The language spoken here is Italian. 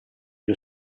più